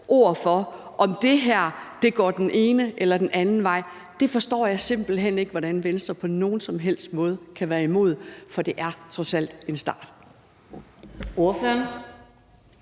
ord for, om noget går den ene eller den anden vej. Det forstår jeg simpelt hen ikke hvordan Venstre på nogen som helst måde kan være imod. For det er trods alt en start.